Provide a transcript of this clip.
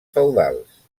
feudals